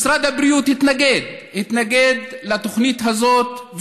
משרד הבריאות התנגד לתוכנית הזאת,